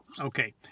Okay